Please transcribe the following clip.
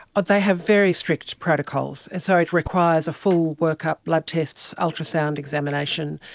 but they have very strict protocols, so it requires a full workup, blood tests, ultrasound, examination.